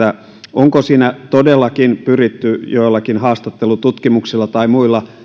onko siinä todellakin pyritty joillakin haastattelututkimuksilla tai muilla